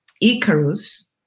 Icarus